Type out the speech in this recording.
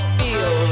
feel